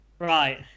Right